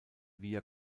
via